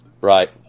Right